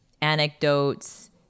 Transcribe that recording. anecdotes